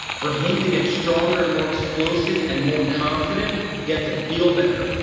for him to get stronger and more explosive and more confident he had to feel better.